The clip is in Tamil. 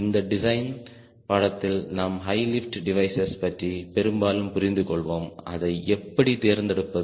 இந்த டிசைன் பாடத்தில் நாம் ஹை லிப்ட் டிவைசஸ் பற்றி பெரும்பாலும் புரிந்து கொள்வோம் அதை எப்படித் தேர்ந்தெடுப்பது